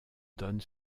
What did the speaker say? donne